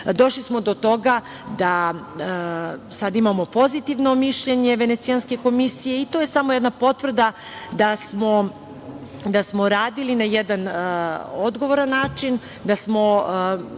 došli smo do toga da sad imamo pozitivno mišljenje Venecijanske komisije. To je samo jedna potvrda da smo radili na jedan odgovoran način. Pisanjem